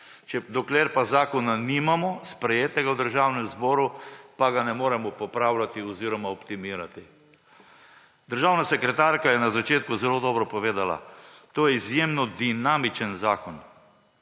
Dokler pa zakona nimamo sprejetega v državnem zboru pa ga ne moramo popravljati oziroma optimirati. Državna sekretarka je na začetku zelo dobro povedala. To je izjemno dinamičen zakon.